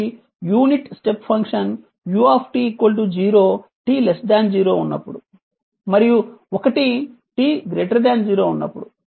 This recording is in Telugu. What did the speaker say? కాబట్టి unit step function u 0 t 0 ఉన్నప్పుడు మరియు 1 t 0 ఉన్నప్పుడు